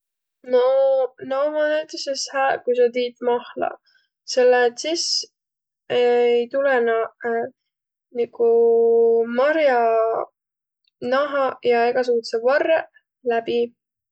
No na ommaq näütüses hääq, ku sa tiit mahla. Selle et sis ei tulõq naaq nigu mar'anahaq ja egäsugudõq varrõq läbi.